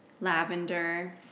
Lavender